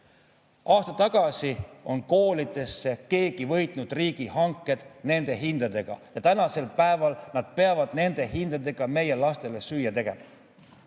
Aasta tagasi on keegi võitnud riigihanked koolidesse nende hindadega ja tänasel päeval nad peavad nende hindadega meie lastele süüa tegema.